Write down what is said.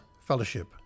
fellowship